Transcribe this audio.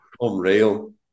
Unreal